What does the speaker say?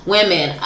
Women